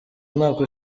umwaka